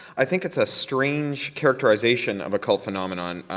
i think it's a strange characterisation of a cult phenomenon